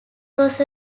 was